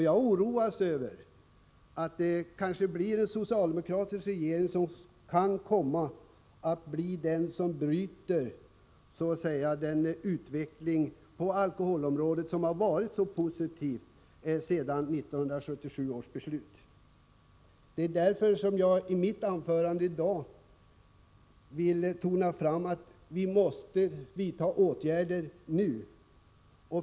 Jag oroas över att det kanske blir en socialdemokratisk regering som bryter den utveckling på alkoholområdet som har varit så positiv sedan 1977 års beslut. Det är därför som jag i mitt anförande i dag vill framhålla att vi måste vidta åtgärder nu.